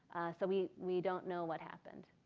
so we we don't know what happened.